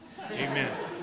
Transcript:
Amen